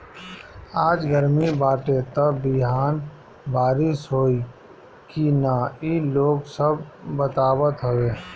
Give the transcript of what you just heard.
आज गरमी बाटे त बिहान बारिश होई की ना इ लोग सब बतावत हवे